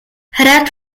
hrad